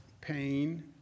pain